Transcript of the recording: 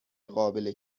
قابل